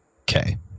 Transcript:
Okay